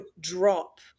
drop